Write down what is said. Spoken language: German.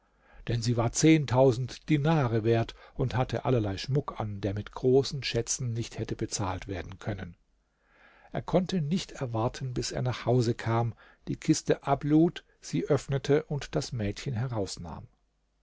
denn sie war zehntausend dinare wert und hatte allerlei schmuck an der mit großen schätzen nicht hätte bezahlt werden können er konnte nicht erwarten bis er nach hause kam die kiste ablud sie öffnete und das mädchen herausnahm